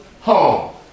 home